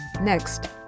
Next